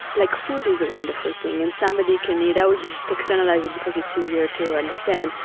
like food is a wonderful thing, and somebody can eat, i will just externalize it because it's easier to understand,